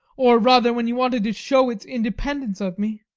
or rather when you wanted to show its independence of me.